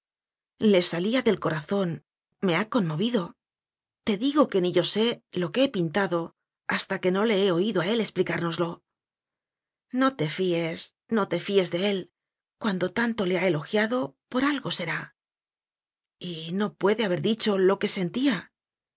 le salía del corazón me ha conmovido te digo que ni yo sé lo que he pintado hasta que no le he oído a él explicárnoslo no te fíes no te fíes de él cuando tanto le ha elogiado por algo será y no puede haber dicho lo que sen